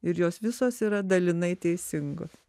ir jos visos yra dalinai teisingos